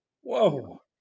whoa